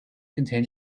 contain